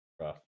rough